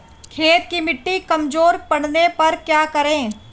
खेत की मिटी कमजोर पड़ने पर क्या करें?